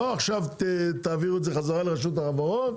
לא עכשיו תעבירו את זה חזרה לרשות החברות,